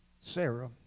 Sarah